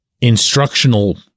instructional